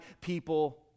people